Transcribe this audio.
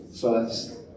first